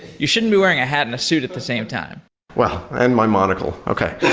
you shouldn't be wearing a hat and a suit at the same time well, and my monocle, okay.